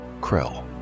Krell